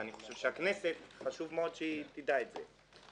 ואני חושב הכנסת חשוב מאוד שהיא תדע את זה.